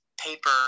paper